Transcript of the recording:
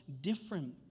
different